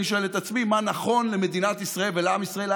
אני שואל את עצמי מה נכון למדינת ישראל ולעם ישראל.